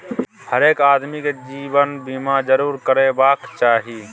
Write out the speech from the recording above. हरेक आदमीकेँ जीवन बीमा जरूर करेबाक चाही